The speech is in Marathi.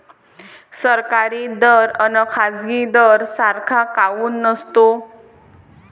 सरकारी दर अन खाजगी दर सारखा काऊन नसतो?